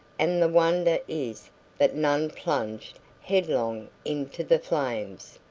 and the wonder is that none plunged headlong into the flames.